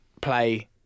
play